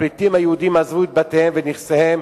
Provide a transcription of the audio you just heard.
הפליטים היהודים עזבו את בתיהם ואת נכסיהם